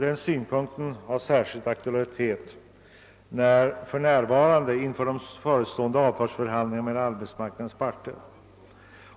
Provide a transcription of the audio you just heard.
Denna synpunkt har särskild aktualitet för närvarande inför de förestående avtalsförhandlingarna mellan arbetsmarknadens parter.